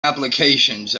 applications